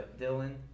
Dylan